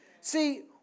See